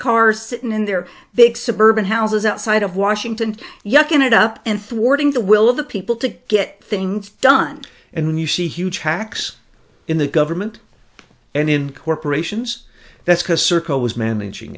cars sitting in their big suburban houses outside of washington yucking it up and thwarting the will of the people to get things done and when you see huge tax in the government and in corporations that's because circa was managing